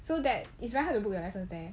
so that it's very hard book you lesson there